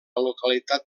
localitat